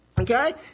okay